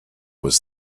was